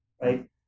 right